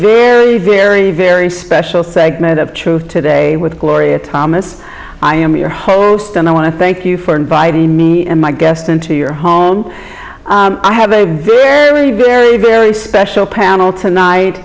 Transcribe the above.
very very very special segment of truth today with gloria thomas i am your host and i want to thank you for inviting me and my guest into your home i have a very very very special panel tonight